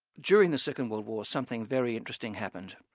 during the second world war, something very interesting happened.